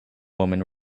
woman